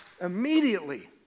immediately